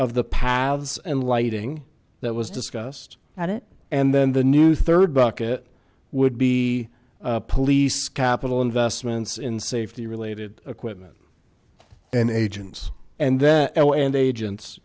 of the pads and lighting that was discussed at it and then the new third bucket would be police capital investments in safety related equipment and agents and then l and agents